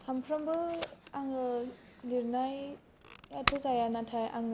सानफ्रामबो आङो लिरनायाथ' जाया नाथाय आङो